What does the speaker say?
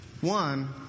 One